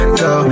go